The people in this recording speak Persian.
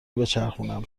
بچرخونم